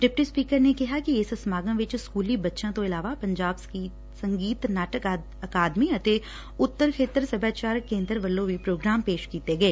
deputy speaker ਨੇ ਕਿਹਾ ਕਿ ਇਸ ਸਮਾਗਮ ਵਿਚ ਸਕੁਲੀ ਬੱਚਿਆਂ ਤੋਂ ਇਲਾਵਾ ਪੰਜਾਬ ਸੰਗੀਤ ਨਾਟਕ ਅਕਾਦਮੀ ਅਤੇ ਉਤਰ ਖੇਤਰ ਸਭਿਆਚਾਰਕ ਕੇਂਦਰ ਵੱਲੋਂ ਵੀ ਪੌਗਰਾਮ ਪੇਸ਼ ੱਕੀਤੇ ਗਏ